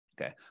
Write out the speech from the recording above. Okay